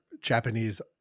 Japanese